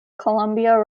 columbia